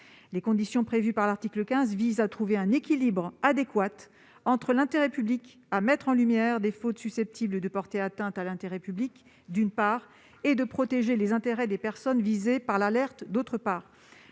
les conditions prévues par l'article 15 visent à trouver un équilibre adéquat entre l'intérêt public à mettre en lumière des fautes susceptibles de porter atteinte à l'intérêt public, d'une part, et à protéger les intérêts des personnes visées par l'alerte, d'autre part